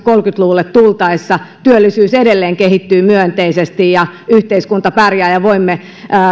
luvulle tultaessa työllisyys edelleen kehittyy myönteisesti ja yhteiskunta pärjää ja voimme